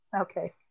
Okay